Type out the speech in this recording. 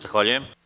Zahvaljujem.